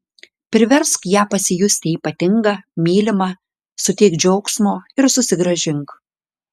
priversk ją pasijusti ypatinga mylima suteik džiaugsmo ir susigrąžink